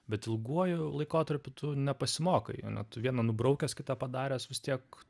bet ilguoju laikotarpiu tu nepasimokai ane tu vieną nubraukęs kitą padaręs vis tiek